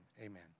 Amen